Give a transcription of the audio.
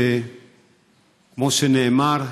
כמו שנאמר,